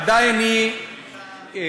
עדיין היא כבושה,